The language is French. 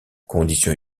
condition